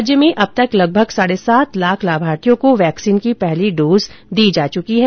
राज्य में अब तक लगभग साढ़े सात लाख लाभार्थियों को वैक्सीन की पहली डोज दी जा चुकी है